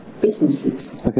businesses